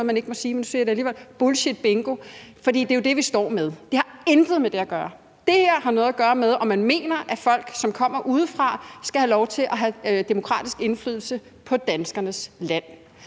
man ikke må sige, men jeg siger det alligevel – bullshitbingo, for det er jo det, vi står med. Det har intet med det at gøre. Det her har noget at gøre med, om man mener, at folk, som kommer udefra, skal have lov til at have demokratisk indflydelse på danskernes land